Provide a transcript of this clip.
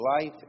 life